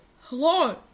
Hello